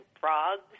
frogs